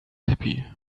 happy